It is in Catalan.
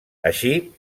així